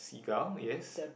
girl yes